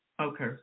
Okay